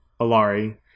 Alari